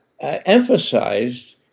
emphasized